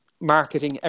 Marketing